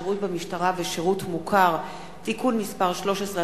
(שירות במשטרה ושירות מוכר) (תיקון מס' 13),